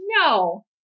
No